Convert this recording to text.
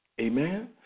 Amen